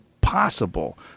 possible